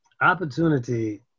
Opportunity